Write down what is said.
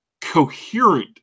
coherent